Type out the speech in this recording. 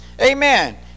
Amen